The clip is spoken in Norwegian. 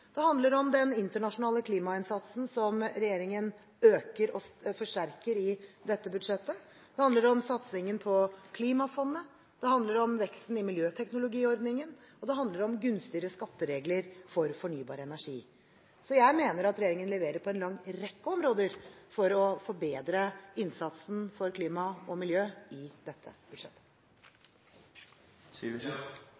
Det handler om den internasjonale klimainnsatsen som regjeringen øker og forsterker i dette budsjettet. Det handler om satsingen på Klimafondet, det handler om veksten i miljøteknologiordningen, og det handler om gunstigere skatteregler for fornybar energi. Så jeg mener at regjeringen leverer på en lang rekke områder for å forbedre innsatsen for klima og miljø i dette budsjettet.